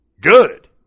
Good